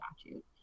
statute